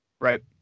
Right